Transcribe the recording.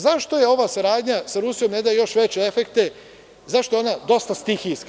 Zašto ova saradnja sa Rusijom ne daje još veće efekte, zašto je ona dosta stihijska?